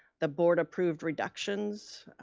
the board approved reductions,